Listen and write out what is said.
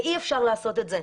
ואי-אפשר לעשות את זה.